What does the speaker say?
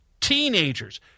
teenagers